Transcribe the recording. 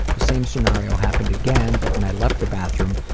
the same scenario happened again, but when i left the bathroom,